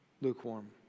lukewarm